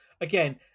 Again